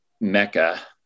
mecca